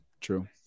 true